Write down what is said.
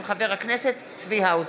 של חבר הכנסת צבי האוזר.